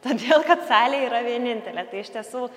todėl kad salė yra vienintelė tai iš tiesų